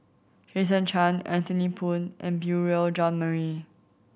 Jason Chan Anthony Poon and Beurel Jean Marie